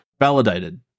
Validated